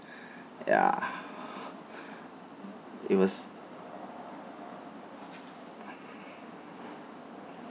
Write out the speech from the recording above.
ya it was